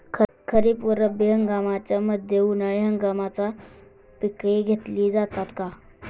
खरीप व रब्बी हंगामाच्या मध्ये उन्हाळी हंगामाची पिके घेतली जातात का?